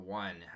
one